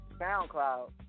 SoundCloud